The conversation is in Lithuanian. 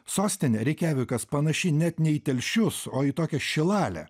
sostinė reikjavikas panaši net ne į telšius o į tokią šilalę